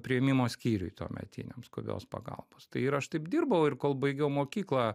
priėmimo skyriuj tuometiniam skubios pagalbos tai ir aš taip dirbau ir kol baigiau mokyklą